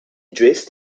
dressed